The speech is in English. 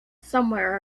somewhere